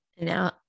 Now